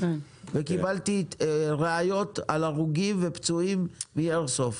וקיבלתי ראיות על הרוגים ופצועים מאיירסופט,